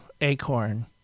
Acorn